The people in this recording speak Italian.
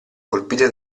colpite